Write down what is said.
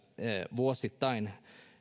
vuosittain